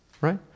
right